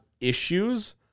issues